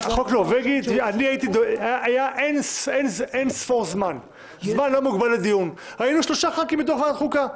היה אין ספור זמן לדיון היינו שלושה חברי כנסת בוועדת חוקה: